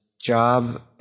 Job